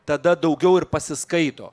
tada daugiau ir pasiskaito